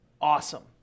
awesome